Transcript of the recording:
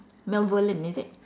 is it